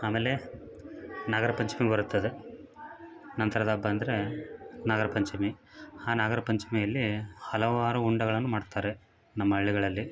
ಆಮೇಲೆ ನಾಗರ ಪಂಚಮಿ ಬರುತ್ತದೆ ನಂತರದ ಹಬ್ಬ ಅಂದರೆ ನಾಗರ ಪಂಚಮಿ ಆ ನಾಗರ ಪಂಚಮಿಯಲ್ಲಿ ಹಲವಾರು ಉಂಡೆಗಳನ್ನು ಮಾಡ್ತಾರೆ ನಮ್ಮ ಹಳ್ಳಿಗಳಲ್ಲಿ